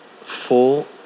full